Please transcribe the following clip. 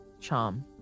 charm